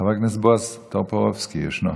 חבר הכנסת בועז טופורובסקי, ישנו.